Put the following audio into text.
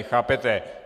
Chápete?